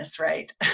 right